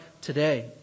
today